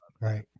Right